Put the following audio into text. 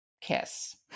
kiss